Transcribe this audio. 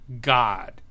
God